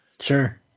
Sure